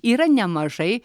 yra nemažai